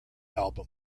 album